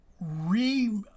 re